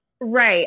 Right